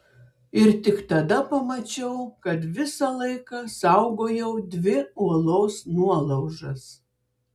ir tik tada pamačiau kad visą laiką saugojau dvi uolos nuolaužas